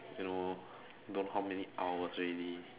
you know don't know how many hours already